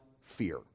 fear